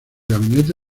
gabinete